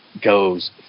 goes